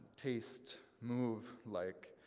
taste, move like.